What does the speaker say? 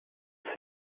see